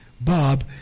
Bob